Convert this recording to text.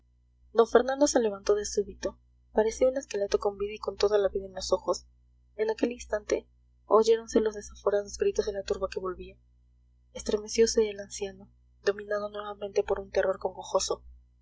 d fernando se levantó de súbito parecía un esqueleto con vida y con toda la vida en los ojos en aquel instante oyéronse los desaforados gritos de la turba que volvía estremeciose el anciano dominado nuevamente por un terror